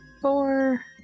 four